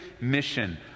mission